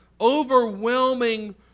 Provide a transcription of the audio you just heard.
overwhelming